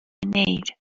need